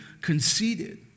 conceited